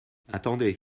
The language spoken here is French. attendez